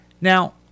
Now